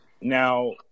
Now